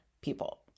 people